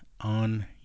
on